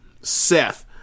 Seth